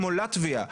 כמו לטביה,